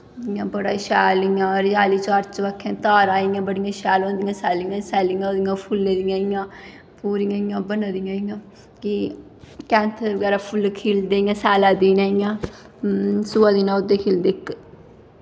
इ'यां बड़ा ई शैल इ'यां हरेयाली चार चबक्खै धारां इ'यां बड़ियां शैल होंदी सैल्लियां सैल्लियां होई दियां इ'यां फुल्ले दियां पूरी इ'यां बनी दियां इ'यां कि कैंथें दे बगैरा फुल्ल खिलदे स्यालैं दिनें इ'यां सोहै दिनें ओह्दे खिलदे